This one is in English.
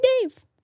Dave